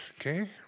okay